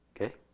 Okay